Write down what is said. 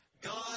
God